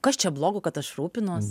kas čia blogo kad aš rūpinuos